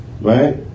Right